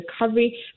recovery